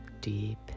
deep